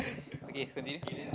okay continue